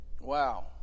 Wow